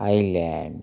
island